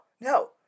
no